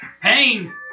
Pain